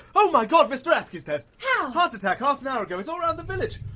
oh my god, mr. askey's dead! how? heart attack! half an hour ago! it's all round the village!